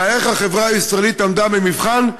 אלא איך החברה הישראלית עמדה במבחן,